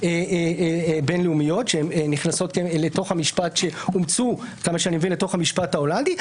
בין-לאומיות שאומצו לתוך המשפט ההולנדי.